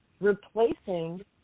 replacing